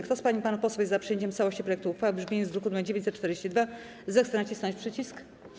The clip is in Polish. Kto z pań i panów posłów jest za przyjęciem w całości projektu uchwały w brzmieniu z druku nr 942, zechce nacisnąć przycisk.